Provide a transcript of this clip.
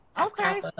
Okay